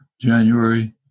January